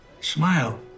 Smile